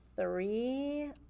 three